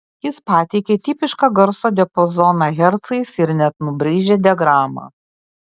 jis pateikė tipišką garso diapazoną hercais ir net nubraižė diagramą